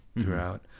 throughout